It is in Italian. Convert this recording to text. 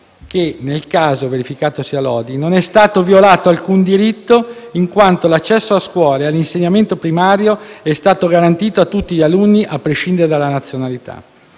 che nel caso verificatosi a Lodi non è stato violato alcun diritto, in quanto l'accesso a scuola e all'insegnamento primario è stato garantito a tutti gli alunni a prescindere dalla nazionalità.